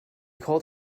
called